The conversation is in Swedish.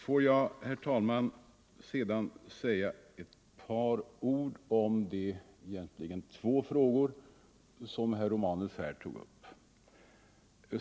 Får jag, herr talman, sedan säga ett par ord om de två frågor som herr Romanus i huvudsak tog upp.